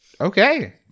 Okay